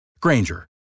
granger